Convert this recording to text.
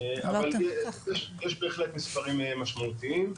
יש בהחלט מספרים משמעותיים.